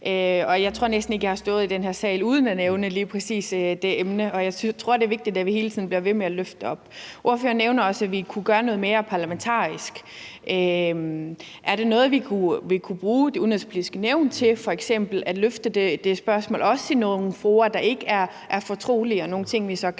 Jeg tror næsten ikke, at jeg har stået i den her sal uden at nævne lige præcis det emne, og jeg tror, det er vigtigt, at vi hele tiden bliver ved med at løfte det op. Ordføreren nævner også, at vi kunne gøre noget mere parlamentarisk. Er det noget, vi ville kunne bruge Det Udenrigspolitiske Nævn til, f.eks. at løfte det spørgsmål, også i nogle fora, der ikke er fortrolige, og om nogle ting, vi så kan